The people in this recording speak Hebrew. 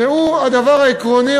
שהוא הדבר העקרוני,